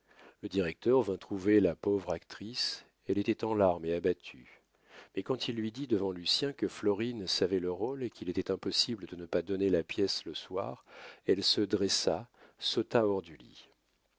le directeur vint trouver la pauvre actrice elle était en larmes et abattue mais quand il lui dit devant lucien que florine savait le rôle et qu'il était impossible de ne pas donner la pièce le soir elle se dressa sauta hors du lit